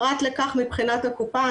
פרט לכך מבחינת הקופה,